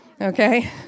Okay